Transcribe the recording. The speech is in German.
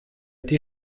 die